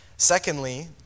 Secondly